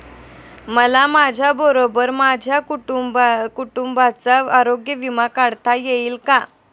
मला माझ्याबरोबर माझ्या कुटुंबाचा आरोग्य विमा काढता येईल का?